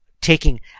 taking